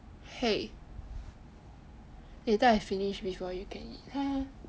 !hey! later I finish before you can eat